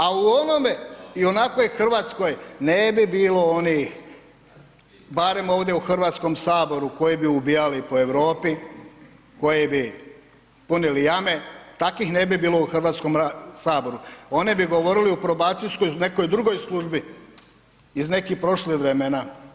A u onome i onakvoj Hrvatskoj ne bi bilo onih barem ovdje u Hrvatskom saboru koji bi ubijali po Europi, koji bi punili jame, takvih ne bi bilo u Hrvatskom saboru, oni bi govorili u probacijskoj nekoj drugoj službi iz nekih prošlih vremena.